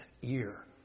year